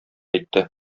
әйтте